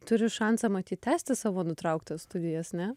turi šansą matyt tęsti savo nutrauktas studijas ne